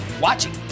watching